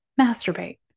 Masturbate